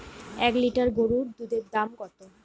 এক লিটার গরুর দুধের দাম কত?